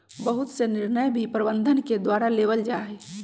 बहुत से निर्णय भी प्रबन्धन के द्वारा लेबल जा हई